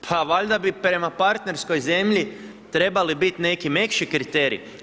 Pa valjda bi prema partnerskoj zemlji trebali bit neki mekši kriteriji.